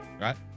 Right